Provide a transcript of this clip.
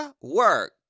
Work